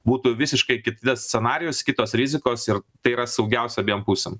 būtų visiškai kitas scenarijus kitos rizikos ir tai yra saugiausia abiem pusėm